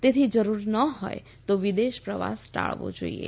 તેથી જરૂરી ન હોથ તો વિદેશ પ્રવાસ ટાળવો જોઇએ